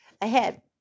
ahead